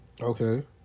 Okay